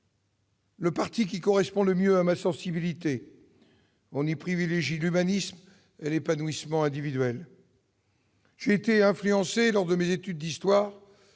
le parti qui correspond le mieux à ma sensibilité : on y privilégie l'humanisme et l'épanouissement individuel. J'ai été influencé, lors de mes études d'histoire,